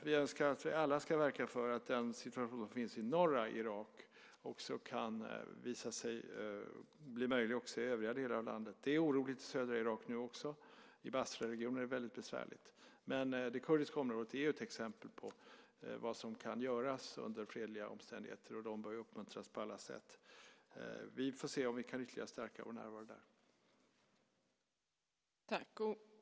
Vi önskar att alla ska verka för den situation som finns i norra Irak, så att den kan bli möjlig även i övriga delar av landet. Nu är det oroligt i södra Irak; i Basraregionen är det mycket besvärligt. Det kurdiska området är ett exempel på vad som kan göras under fredliga omständigheter, och det bör uppmuntras på alla sätt. Vi får se om vi kan stärka vår närvaro där ytterligare.